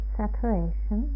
separation